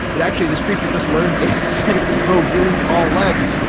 but actually this creature just learned instead if you grow really tall legs,